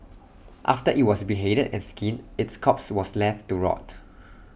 after IT was beheaded and skinned its corpse was left to rot